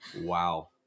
Wow